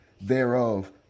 thereof